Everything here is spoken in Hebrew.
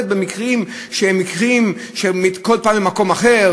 במקרים שהם מקרים שהם כל פעם במקום אחר,